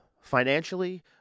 financially